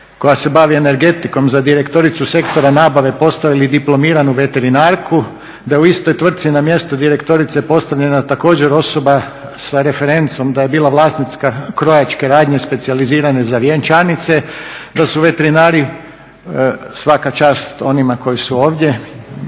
koja se bavi energetikom za direktoricu sektora nabave postavili diplomiranu veterinarku, da u istoj tvrci na mjestu direktorice postavljena također osoba sa referencom da je bila vlasnica krojačke radnje specijalizirane za vjenčanice, da su veterinari, svaka čast onima koji su ovdje